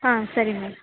ಹಾಂ ಸರಿ ಮ್ಯಾಮ್